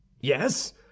yes